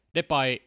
Depay